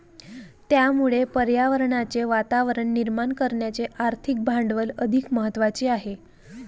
त्यामुळे पर्यावरणाचे वातावरण निर्माण करण्याचे आर्थिक भांडवल अधिक महत्त्वाचे आहे